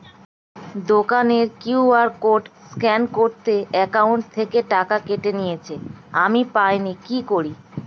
দোকানের QR code scan করাতে account থেকে টাকা কেটে নিয়েছে, আমি পাইনি কি করি?